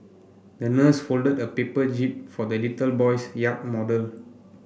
the nurse folded a paper jib for the little boy's yacht model